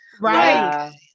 right